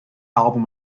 album